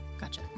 Gotcha